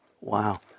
Wow